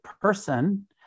person